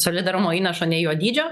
solidarumo įnašo nei jo dydžio